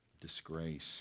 disgrace